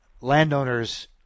landowners